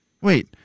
Wait